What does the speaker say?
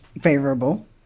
favorable